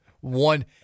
one